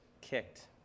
kicked